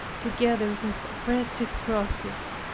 together with oppressive crosses,